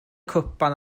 cwpan